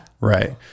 Right